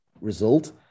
result